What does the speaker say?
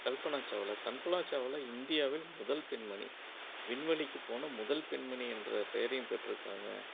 கல்பனா சாவ்லா கல்பனா சாவ்லா இந்தியாவில் முதல் பெண்மணி விண்வெளிக்கு போன முதல் பெண்மணி என்ற பெயரையும் பெற்றுக்காங்க